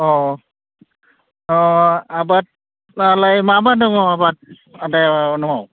अ अ आबादालाय मा मा दङ आबाद आदाया न'आव